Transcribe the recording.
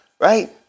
Right